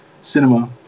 cinema